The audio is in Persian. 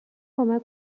کمک